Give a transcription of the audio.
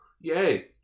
Yay